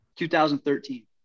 2013